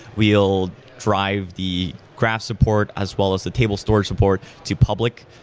we'll drive the graph support as well as the table storage support to public,